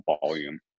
volume